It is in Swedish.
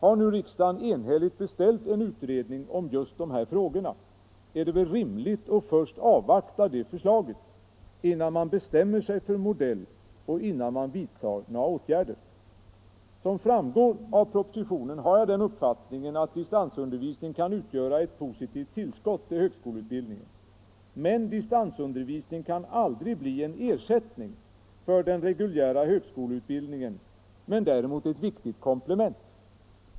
Har nu riksdagen enhälligt beställt en utredning om just de här frågorna är det väl rimligt att först avvakta det förslaget innan man bestämmer sig för modell och innan man vidtar några åtgärder. Som framgår av propositionen har jag den uppfattningen att distansundervisning kan utgöra ett positivt tillskott till högskoleutbildningen. Distansundervisning kan aldrig bli en ersättning för den reguljära högskoleutbildningen men däremot ett viktigt komplement.